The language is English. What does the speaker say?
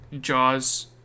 Jaws